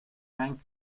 bank